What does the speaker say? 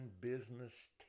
business